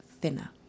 thinner